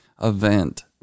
event